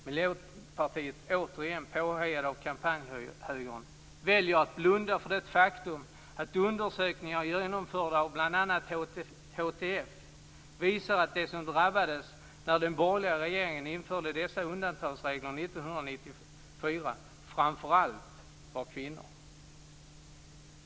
Miljöpartiet, återigen påhejat av kampanjhögern, väljer att blunda för det faktum att undersökningar genomförda av bl.a. HTF visat att de som drabbades när den borgerliga regeringen införde dessa undantagsregler under 1994 framför allt var kvinnor.